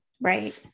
right